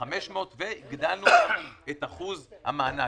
ל-10,500 והגדלנו את אחוז המענק.